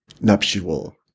Nuptial